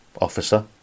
officer